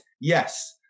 yes